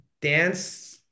dance